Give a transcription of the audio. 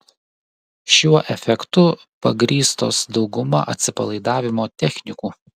šiuo efektu pagrįstos dauguma atsipalaidavimo technikų